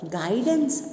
guidance